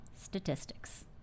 statistics